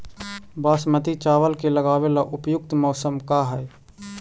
बासमती चावल के लगावे ला उपयुक्त मौसम का है?